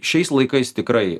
šiais laikais tikrai